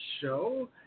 show